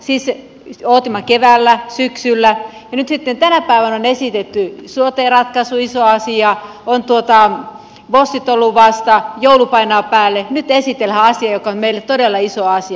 siis odotimme keväällä syksyllä ja nyt sitten tänä päivänä on esitetty sote ratkaisu iso asia ovat vosit olleet vasta joulu painaa päälle nyt esitellään asia joka on meille todella iso asia